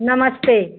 नमस्ते